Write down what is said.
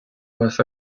worth